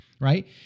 Right